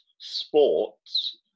sports